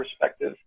perspective